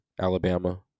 Alabama